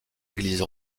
église